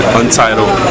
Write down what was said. untitled